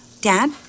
Dad